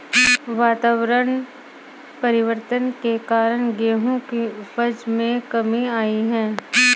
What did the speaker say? वातावरण परिवर्तन के कारण गेहूं की उपज में कमी आई है